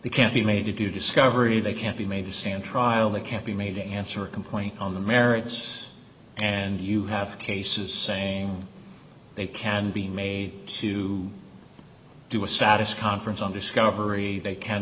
they can't be made to do discovery they can't be made to stand trial they can't be made to answer a complaint on the merits and you have cases saying they can be made to do a saddest conference on discovery they can